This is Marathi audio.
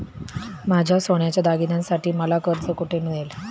माझ्या सोन्याच्या दागिन्यांसाठी मला कर्ज कुठे मिळेल?